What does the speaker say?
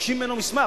מבקשים ממנו מסמך,